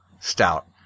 stout